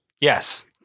Yes